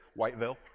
Whiteville